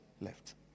left